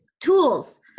tools